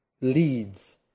leads